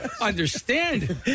understand